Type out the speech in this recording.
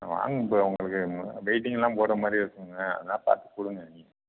வாங்க ப்ரோ உங்களுக்கு வெய்ட்டிங்குலாம் போடுற மாதிரி இருக்கும்ங்க அதனால பார்த்து கொடுங்க